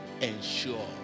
ensure